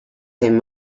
him